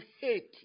hate